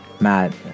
matt